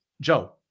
Joe